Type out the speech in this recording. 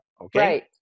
okay